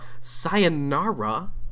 Sayonara